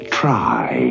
try